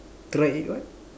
try eat what